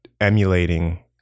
emulating